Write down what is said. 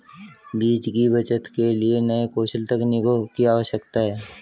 बीज की बचत के लिए नए कौशल तकनीकों की आवश्यकता है